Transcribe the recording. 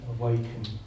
awaken